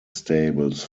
stables